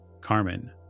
Carmen